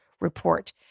report